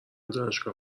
دانشگاه